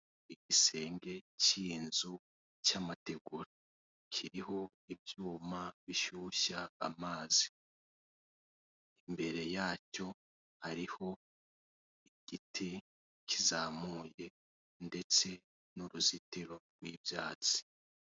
Igisenge cy'inzu, cy'amategura. Kiruho ibyuma bishyushya amazi. Imbere yacyo hariho igiti kizamuye ndetse n'uruzitiro rw'ibatsi.